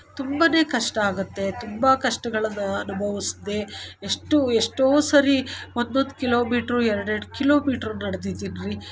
ತುಂಬಾ ಕಷ್ಟ ಆಗುತ್ತೆ ತುಂಬ ಕಷ್ಟಗಳನ್ನ ಅನುಭವಿಸ್ದೇ ಎಷ್ಟು ಎಷ್ಟೋ ಸರಿ ಒಂದೊಂದು ಕಿಲೋಮೀಟರ್ರ್ ಎರಡು ಎರಡು ಕಿಲೋಮೀಟರ್ರ್ ನಡೆದಿದ್ದೀವಿ ರೀ